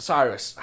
Cyrus